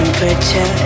Temperature